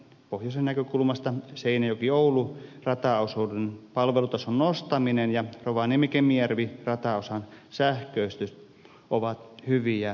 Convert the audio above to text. pohjoisen näkökulmasta seinäjokioulu rataosuuden palvelutason nostaminen ja rovaniemikemijärvi rataosan sähköistys ovat hyviä toimenpiteitä